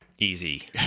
Easy